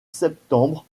septembre